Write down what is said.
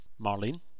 Marlene